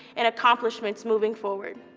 and accomplishments moving forward.